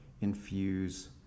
infuse